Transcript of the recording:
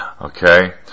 okay